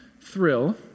thrill